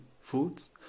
Foods